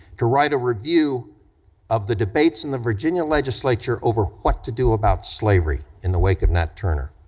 to write a review of the debates in the virginia legislature over what to do about slavery in the wake of nat turner.